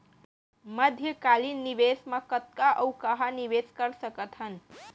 मध्यकालीन निवेश म कतना अऊ कहाँ निवेश कर सकत हन?